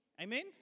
Amen